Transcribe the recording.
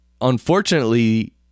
unfortunately